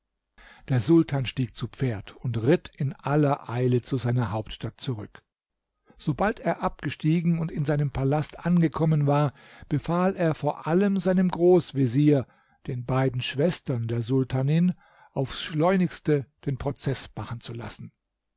der sultan stieg zu pferd und ritt in aller eile zu seiner hauptstadt zurück sobald er abgestiegen und in seinen palast gekommen war befahl er vor allem seinem großvezier den beiden schwestern der sultanin aufs schleunigste den prozeß machen zu lassen